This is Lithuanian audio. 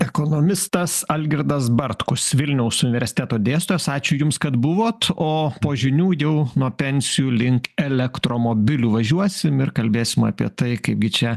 ekonomistas algirdas bartkus vilniaus universiteto dėstytojas ačiū jums kad buvot o po žinių jau nuo pensijų link elektromobilių važiuosim ir kalbėsim apie tai kaipgi čia